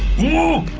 you.